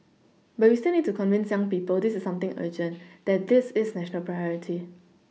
but we still need to convince young people this is something urgent that this is national Priority